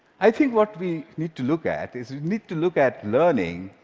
i think what we need to look at is we need to look at learning